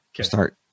Start